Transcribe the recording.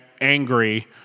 angry